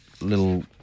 little